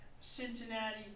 Cincinnati